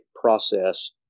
process